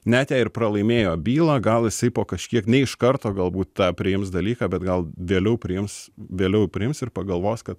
net jei ir pralaimėjo bylą gal jisai po kažkiek iš karto galbūt tą priims dalyką bet gal vėliau priims vėliau priims ir pagalvos kad